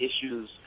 issues